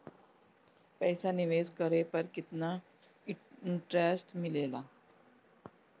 पईसा निवेश करे पर केतना इंटरेस्ट मिलेला?